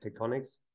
tectonics